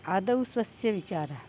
आदौ स्वस्य विचारः